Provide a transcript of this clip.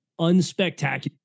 unspectacular